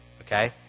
Okay